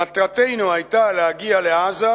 מטרתנו היתה להגיע לעזה,